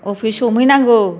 office हमहैनांगौ